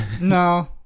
No